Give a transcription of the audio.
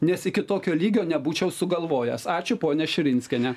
nes iki tokio lygio nebūčiau sugalvojęs ačiū ponia širinskiene